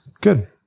Good